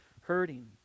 hurting